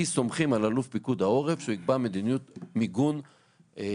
כי סומכים על אלוף פיקוד העורף שהוא יקבע מדיניות מיגון הולמת,